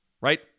right